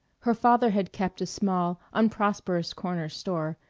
her father had kept a small, unprosperous corner store,